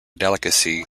delicacy